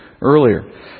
earlier